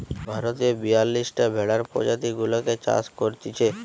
ভারতে বিয়াল্লিশটা ভেড়ার প্রজাতি গুলাকে চাষ করতিছে